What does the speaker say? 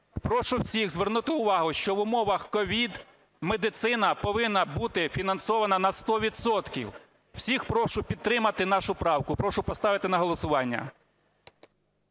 Прошу всіх звернути увагу, що в умовах COVID медицина повинна бути фінансована на 100 відсотків. Всіх прошу підтримати нашу правку. І прошу поставити на голосування.